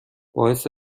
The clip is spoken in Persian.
باعث